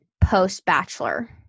post-Bachelor